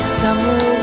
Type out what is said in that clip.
summer